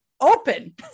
open